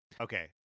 Okay